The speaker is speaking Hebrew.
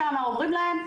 שמה אומרים להם,